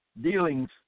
dealings